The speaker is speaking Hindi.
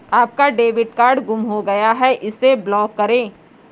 आपका डेबिट कार्ड गुम हो गया है इसे ब्लॉक करें